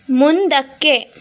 ಮುಂದಕ್ಕೆ